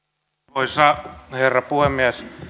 arvoisa herra puhemies tämä